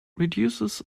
reduces